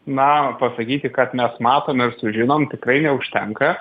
na pasakyti kad mes matom ir sužinom tikrai neužtenka